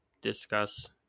discuss